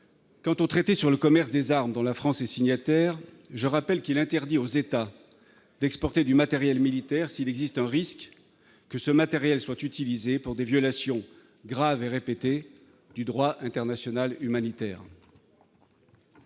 quant au traité sur le commerce des armes dans la France est signataire, je rappelle qu'il interdit aux États d'exporter du matériel militaire s'il existe un risque que ce matériel soit utilisé pour des violations graves et répétées du droit international humanitaire.